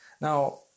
Now